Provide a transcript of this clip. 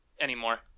anymore